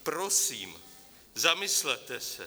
Prosím, zamyslete se.